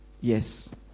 Yes